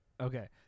Okay